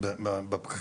ראיתי מופיד.